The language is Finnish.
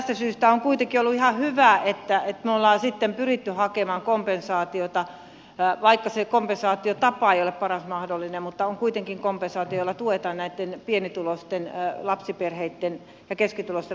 tästä syystä on kuitenkin ollut ihan hyvä että me olemme pyrkineet hakemaan kompensaatiota vaikka se kompensaatiotapa ei ole paras mahdollinen mutta on kuitenkin kompensaatio jolla tuetaan näitten pienituloisten ja keskituloisten lapsiperheitten toimeentuloa